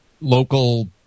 local